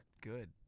good